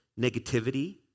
negativity